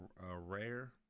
Rare